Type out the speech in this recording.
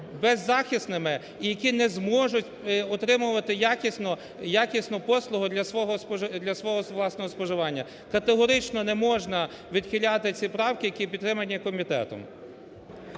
беззахисними, які не зможуть утримувати якісно… якісну послугу для свого власного споживання. Категорично не можна відхиляти ці правки, які підтримані комітетом.